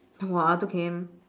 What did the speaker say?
!wah! two K_M